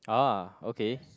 ah okay